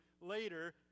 later